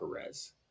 Perez